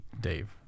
Dave